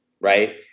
right